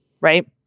right